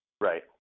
right